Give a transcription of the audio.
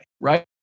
right